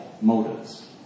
motives